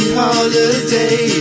holiday